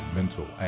mental